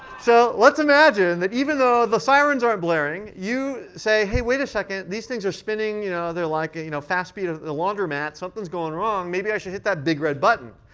so let's imagine that even though the sirens are blaring, you say, hey, wait a second, these things are spinning. you know they're like you know fast speed at the laundromat. something's going wrong. maybe i should hit that big red button.